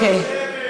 ראשונה.